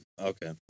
Okay